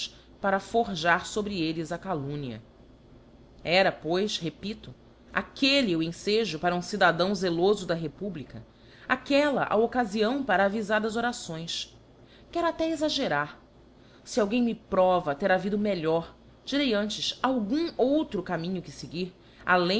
para forjar fobre elles a calumnia era pois repito aquelle o enfejo para um cidadão zelofo da republica aquella a occafiâo para avifadas orações quero até exaggerar se alguém me prova ter havido melhor direi antes algum outro caminho que feguir